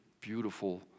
beautiful